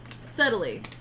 subtly